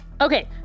okay